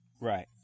Right